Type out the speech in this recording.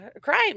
crime